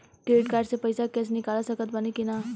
Credit card से पईसा cash निकाल सकत बानी की ना?